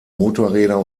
motorräder